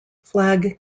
flag